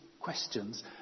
questions